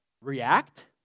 react